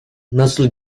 nasıl